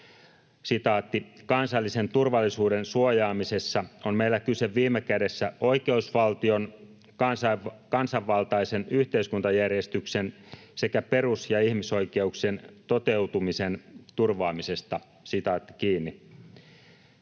”Kansallisen turvallisuuden suojaamisessa on meillä kyse viime kädessä oikeusvaltion, kansanvaltaisen yhteiskuntajärjestyksen sekä perus- ja ihmisoikeuksien toteutumisen turvaamisesta.”